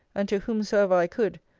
and to whomsoever i could,